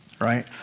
Right